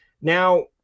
now